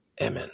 Amen